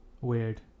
Weird